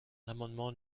l’amendement